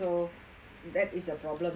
so that is a problem is it